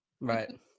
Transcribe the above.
right